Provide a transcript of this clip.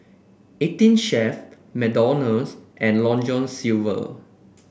Eighteen Chef McDonald's and Long John Silver